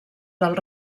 del